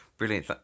Brilliant